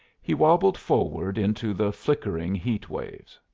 he wabbled forward into the flickering heat waves.